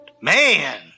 Man